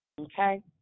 Okay